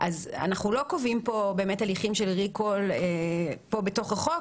אנחנו לא קובעים פה הליכים של ריקול פה בתוך החוק,